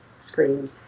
screen